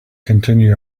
continue